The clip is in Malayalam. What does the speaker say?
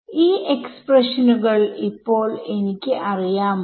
ഈ എക്സ്പ്രഷനുകൾ ഇപ്പോൾ എനിക്ക് അറിയാമോ